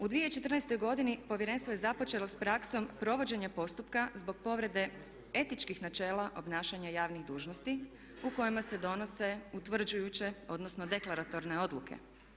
U 2014. godini Povjerenstvo je započelo sa praksom provođenja postupka zbog povrede etičkih načela obnašanja javnih dužnosti u kojima se donose utvrđujuće, odnosno deklaratorne odluke.